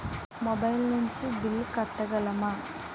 Mobile నుంచి bill కట్టగలమ?